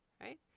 right